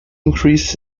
increased